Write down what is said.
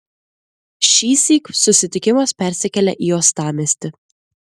šįsyk susitikimas persikelia į uostamiestį